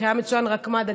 כי צוין רק מד"א,